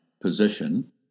Position